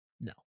No